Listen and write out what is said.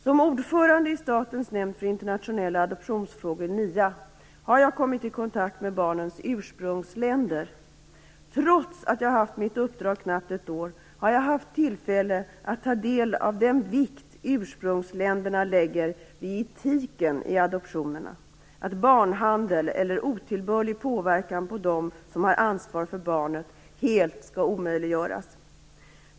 Som ordförande i Statens nämnd för internationella adoptionsfrågor, NIA, har jag kommit i kontakt med barnens ursprungsländer. Trots att jag har haft mitt uppdrag i knappt ett år har jag haft tillfälle att ta del av den vikt ursprungsländerna lägger vid etiken i adoptionerna - att barnhandel eller otillbörlig påverkan på dem som har ansvar för barnet helt skall omöjliggöras.